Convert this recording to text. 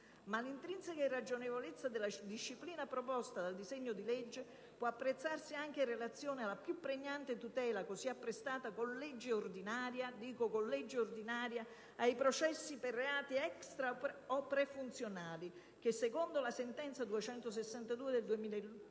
Ma l'intrinseca irragionevolezza della disciplina proposta dal disegno di legge può apprezzarsi anche in relazione alla più pregnante tutela così apprestata con legge ordinaria ai processi per reati extra o pre-funzionali (che secondo la sentenza n. 262 del 2009